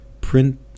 Print